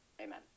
Amen